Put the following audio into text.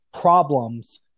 problems